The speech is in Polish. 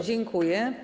Dziękuję.